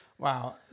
Wow